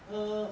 err